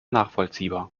nachvollziehbar